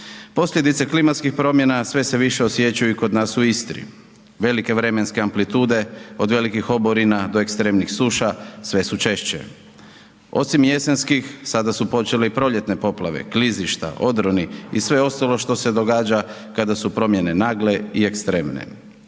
Posljedice klimatskih promjena sve se više osjećaju kod nas u Istri, velike vremenske amplitude od velikih oborima do ekstremnih suša sve su češće. Osim jesenskih, sada su počele i proljetne poplave, klizišta, odroni i sve ostalo što se događa kada su promjene nagle i ekstremne